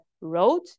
road